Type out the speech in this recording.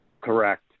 correct